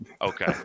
Okay